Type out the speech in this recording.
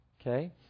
Okay